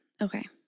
okay